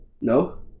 No